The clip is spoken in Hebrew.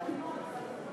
כשנגיע לכך.